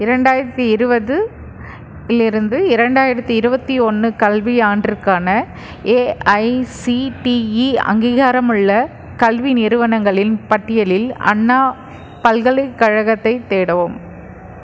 இரண்டாயிரத்து இருபதிலிருந்து இரண்டாயிரத்து இருபத்தி ஒன்று கல்வியாண்டிற்கான ஏஐசிடிஇ அங்கீகாரமுள்ள கல்வி நிறுவனங்களின் பட்டியலில் அண்ணா பல்கலைக்கழகத்தைத் தேடவும்